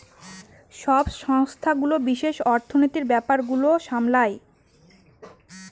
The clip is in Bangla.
সব সংস্থাগুলো বিশেষ অর্থনীতির ব্যাপার গুলো সামলায়